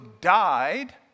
died